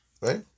Right